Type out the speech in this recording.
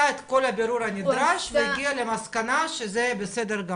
את כל הבירור הנדרש והוא הגיע למסקנה שזה בסדר גמור.